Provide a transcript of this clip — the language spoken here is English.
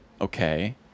okay